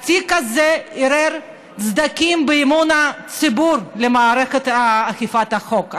התיק הזה עורר סדקים באמון הציבור במערכת אכיפת החוק.